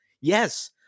Yes